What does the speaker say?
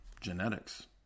Genetics